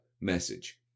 message